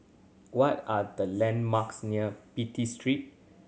what are the landmarks near Pitt Street